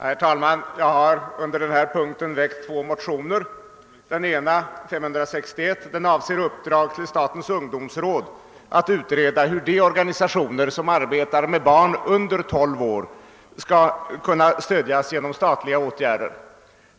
Herr talman! Jag har väckt två motioner som behandlas under denna punkt. Den ena — 11: 561 — avser uppdrag till statens ungdomsråd att utreda hur de organisationer som arbetar med barn under 12 år skall kunna stödjas genom statliga åtgärder.